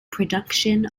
production